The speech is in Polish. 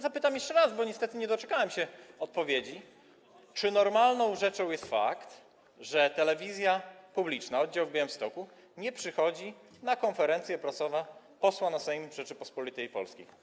Zapytam jeszcze raz, bo niestety nie doczekałem się odpowiedzi, czy normalną rzeczą jest to, że telewizja publiczna oddział w Białymstoku nie przychodzi na konferencje prasowe posła na Sejm Rzeczypospolitej Polskiej.